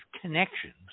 connections